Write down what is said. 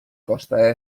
costa